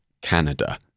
Canada